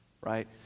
right